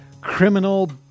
criminal